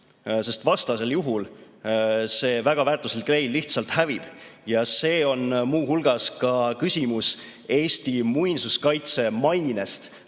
sest vastasel juhul see väga väärtuslik leid lihtsalt hävib. See on muu hulgas küsimus Eesti muinsuskaitse mainest